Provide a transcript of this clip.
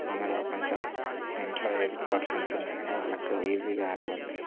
మనలో కొంచెం ఇంట్లో ఏజడ్ పర్సన్స్ ఉన్నాకాని వాళ్ళకు ఈజీగా అరుగుద్ది